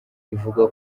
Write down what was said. bivugwa